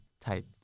type